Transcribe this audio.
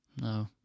No